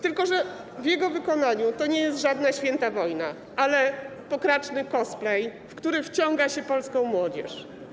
Tylko że w jego wykonaniu to nie jest żadna święta wojna, ale pokraczny cosplay, w który wciąga się polską młodzież.